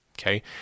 Okay